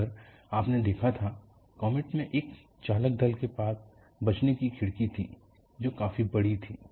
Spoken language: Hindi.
अगर आपने देखा था कॉमेट में एक चालक दल के पास बचने की खिड़की थी जो काफी बड़ी थी